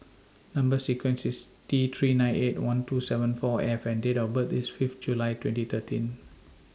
Number sequence IS T three nine eight one two seven four F and Date of birth IS Fifth July twenty thirteen